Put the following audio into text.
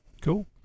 Cool